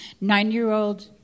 Nine-year-old